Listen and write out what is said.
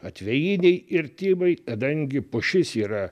atvejiniai irtimai kadangi pušis yra